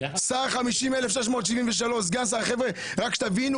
שר 50,673. חבר'ה, רק שתבינו